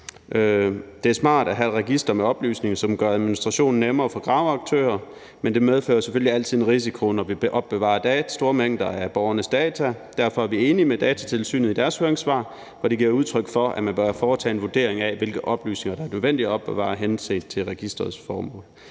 Det er smart at have registre med oplysninger, som gør administrationen nemmere for graveaktører, men det medfører selvfølgelig altid en risiko, når vi opbevarer store mængder af borgernes data. Derfor er vi enige med Datatilsynet i deres høringssvar, hvor de giver udtryk for, at man bør foretage en vurdering af, hvilke oplysninger der er nødvendige at opbevare henset til registerets formål.